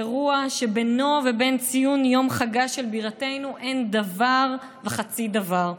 אירוע שבינו ובין ציון יום חגה של בירתנו אין דבר וחצי דבר,